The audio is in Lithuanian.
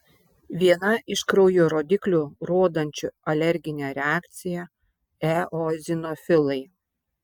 viena iš kraujo rodiklių rodančių alerginę reakciją eozinofilai